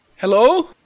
Hello